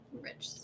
rich